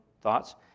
thoughts